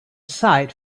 sight